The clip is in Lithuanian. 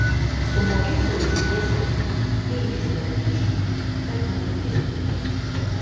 sumokėsi laisviesiems jie ėsti atneš kad nenudvėstumei